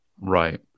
Right